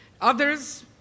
Others